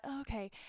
okay